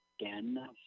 again